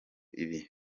ibi